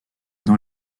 dans